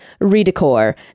Redecor